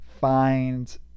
find